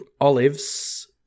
Olives